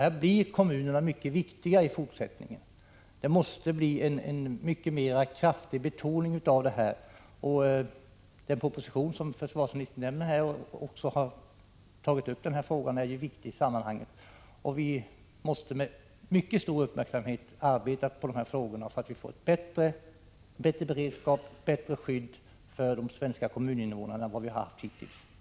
Här blir kommunerna i fortsättningen mycket viktiga. Det måste bli en mycket kraftigare betoning av detta. Den proposition som försvarsministern här nämnde och i vilken man tagit upp de här frågorna är viktig i sammanhanget. Vi måste med mycket stor uppmärksamhet arbeta för att få till stånd en bättre beredskap och ett bättre skydd för de svenska kommuninvånarna än vad vi har haft hittills.